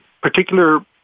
particular